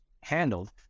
handled